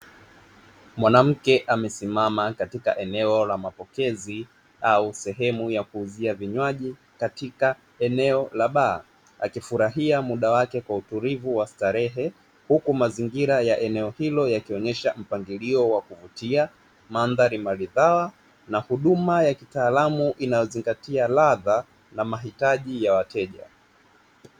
Mwanamke amesimama katika eneo la mapokezi au sehemu ya kuuzia vinywaji katika eneo la baa, akifurahia muda wake kwa utulivu wa starehe huku mazingira ya eneo hilo yakionyesha mpangilio wa kuvutia, mandhari maridhawa na huduma ya kitaalamu inayozingatia ladha na mahitaji ya wateja.